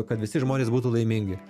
kad visi žmonės būtų laimingi